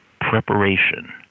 Preparation